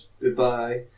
goodbye